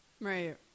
Right